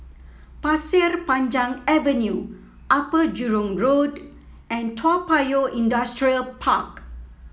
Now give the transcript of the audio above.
Pasir Panjang Avenue Upper Jurong Road and Toa Payoh Industrial Park